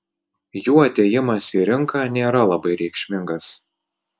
jų atėjimas į rinką nėra labai reikšmingas